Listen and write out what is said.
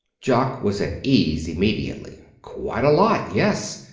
jock was at ease immediately. quite a lot yes.